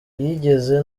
yigeze